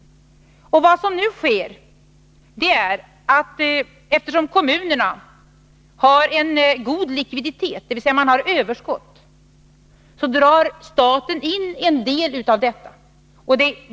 Vad som nu sker är att staten, eftersom kommunerna har en god likviditet, dvs. överskott, drar in en del av detta.